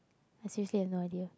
I seriously have no idea